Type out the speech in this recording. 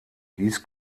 dies